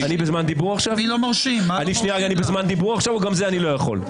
אני בזמן דיבור עכשיו או שגם זה אני לא יכול?